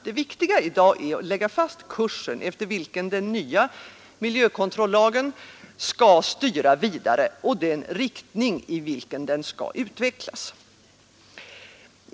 Det viktiga i dag är att lägga fast kursen, efter vilken den nya miljökontrollagen skall styra vidare, och den riktning i vilken den skall utvecklas.